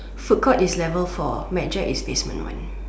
food court is level four mad Jack is basement one